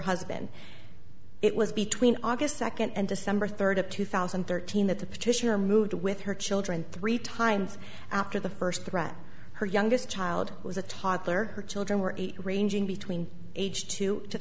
husband it was between august second and december third of two thousand and thirteen that the petitioner moved with her children three times after the first threat her youngest child was a toddler her children were ranging between age two to